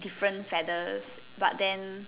different feathers but then